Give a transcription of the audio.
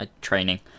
Training